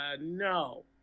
no